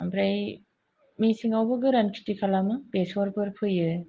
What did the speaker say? ओमफ्राय मेसेङावबो गोरान खिति खालामो बेसरफोर फोयो